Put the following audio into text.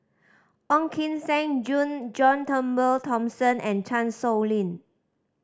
Ong Kim Seng John Turnbull Thomson and Chan Sow Lin